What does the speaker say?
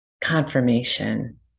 Confirmation